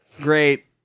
great